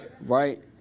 Right